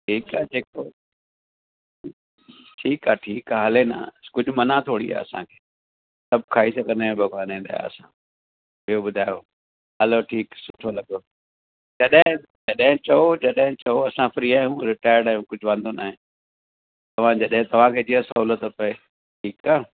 ठीकु आहे जेको ठीकु आहे ठीकु आहे हले न कुझु मना थोरी आहे असांखे सभु खाई सघंदा आहियूं भॻिवान जी दया सां ॿियो ॿुधायो हलो ठीकु सुठो लॻो जॾहिं जॾहिं चओ जॾहिं चओ असां फ्री आहियूं रिटायर्ड आहियूं कुझु वांधो न आहे तव्हां जॾहिं तव्हांखे जीअं सहुलियत पए ठीकु आहे